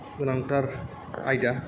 गोनांथार आयदा